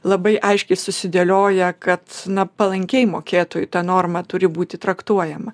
labai aiškiai susidėlioja kad na palankiai mokėtų į tą normą turi būti traktuojama